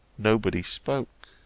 nobody spoke.